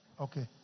Okay